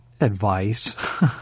advice